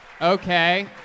Okay